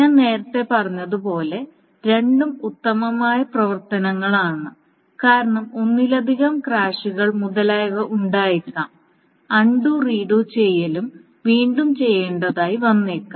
ഞാൻ നേരത്തെ പറഞ്ഞതുപോലെ രണ്ടും ഉത്തമമായ പ്രവർത്തനങ്ങളാണ് കാരണം ഒന്നിലധികം ക്രാഷുകൾ മുതലായവ ഉണ്ടാകാം അൺണ്ടു റീഡു ചെയ്യലും വീണ്ടും ചെയ്യേണ്ടതായി വന്നേക്കാം